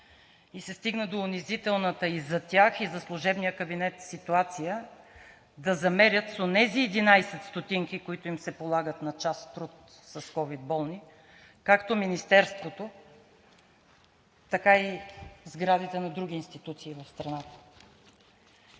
и се стигна до унизителната и за тях, и за служебния кабинет ситуация да замерят с онези 0,11 лв., които им се полагат на час труд с ковид болни, както Министерството, така и сградите на други институции в страната.